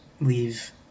leave